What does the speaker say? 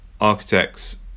architects